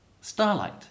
Starlight